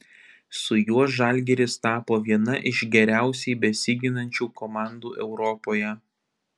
su juo žalgiris tapo viena iš geriausiai besiginančių komandų europoje